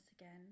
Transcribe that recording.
again